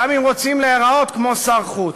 גם אם רוצים להיראות כמו שר חוץ.